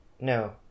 No